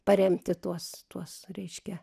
paremti tuos tuos reiškia